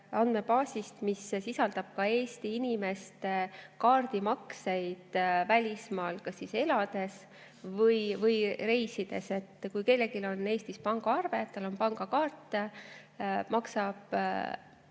andmebaasist, mis sisaldab ka Eesti inimeste kaardimakseid välismaal elades või reisides, nii et kui kellelgi on Eestis pangaarve, tal on pangakaart ja ta